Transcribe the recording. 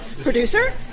producer